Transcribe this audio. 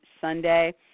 Sunday